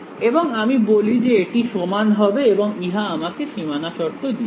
এবং আমি বলি যে এটি সমান হবে এবং ইহা আমাকে সীমানা শর্ত দিয়েছে